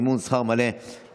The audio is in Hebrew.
מימון שכר לימוד מלא ללוחמים),